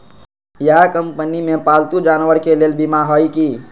इहा कंपनी में पालतू जानवर के लेल बीमा हए कि?